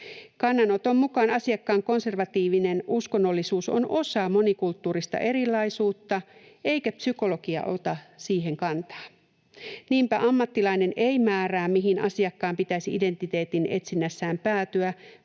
Kannanoton mukaan asiakkaan konservatiivinen uskonnollisuus on osa monikulttuurista erilaisuutta eikä psykologia ota siihen kantaa. Niinpä ammattilainen ei määrää, mihin asiakkaan pitäisi identiteetin etsinnässään päätyä,